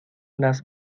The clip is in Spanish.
las